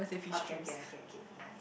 okay okay okay okay nice